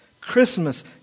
Christmas